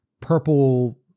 purple